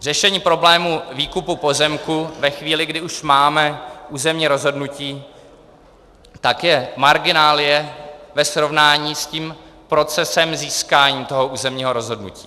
Řešení problému výkupu pozemků ve chvíli, kdy už máme územní rozhodnutí, je marginálie ve srovnání s procesem získání toho územního rozhodnutí.